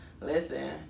Listen